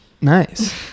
nice